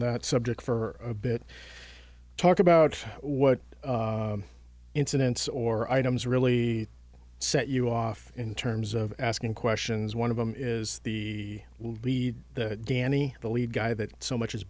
that subject for a bit talk about what incidents or items really set you off in terms of asking questions one of them is the lead danny the lead guy that so much is